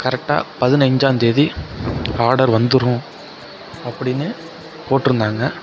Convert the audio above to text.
கரெக்டாக பதினஞ்சாந்தேதி ஆர்டர் வந்துரும் அப்படின்னு போட்டுருந்தாங்க